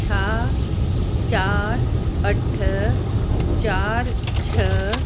छा चारि अठ चारि छह